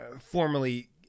Formerly